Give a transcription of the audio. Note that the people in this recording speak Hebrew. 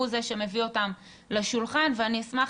הוא זה שמביא אותם לשולחן ואני אשמח